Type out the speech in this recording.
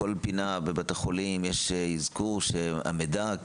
על פינה בבית החולים יש אזכור שהמידע,